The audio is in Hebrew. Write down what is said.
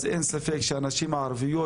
אז אין ספק שהנשים הערביות,